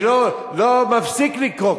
אני לא מפסיק לקרוא.